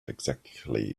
exactly